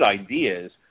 ideas